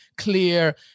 clear